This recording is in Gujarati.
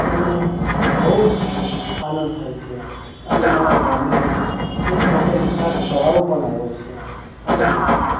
અને મને બહુ જ આનંદ થાય છે અને મારા ગામની નજીક એક મોટો વિશાળ તળાવ પણ આવ્યો છે અને